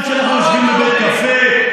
גם כשאנחנו יושבים בבית קפה,